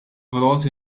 brought